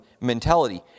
mentality